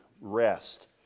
rest